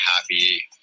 happy